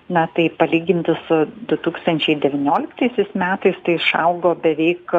na tai palyginti su du tūkstančiai devynioliktaisiais metais išaugo beveik